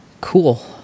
Cool